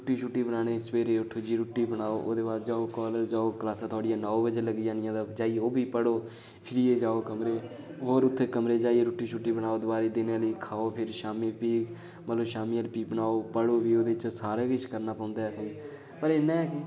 रुट्टी छुट्टी बनाने गी सवेरै उट्ठो जी रुट्टी बनाओ ओह्दे बा'द जाओ कालेज जाओ क्लासां थोह्ड़ियां नौ बजे लग्गी जानियां जाइयै ओह् बी पढ़ो फ्ही ऐ जाओ कमरे च और उत्थै कमरे च जाइयै रुट्टी छुट्टी बनाओ दवाई दिनै आह्ली खाओ फिर शामी फ्ही मतलब शामी आह्ली फ्ही बनाओ पढ़ो फ्ही ओह्दे च सारा किश करना पौंदा ऐ असेंगी पर इन्ना ऐ कि